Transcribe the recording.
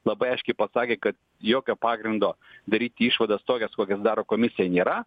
labai aiškiai pasakė kad jokio pagrindo daryti išvadas tokias kokias daro komisija nėra